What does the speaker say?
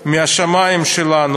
בזמנו,